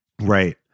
Right